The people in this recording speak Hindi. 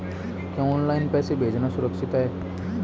क्या ऑनलाइन पैसे भेजना सुरक्षित है?